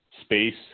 space